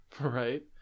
Right